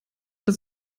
dass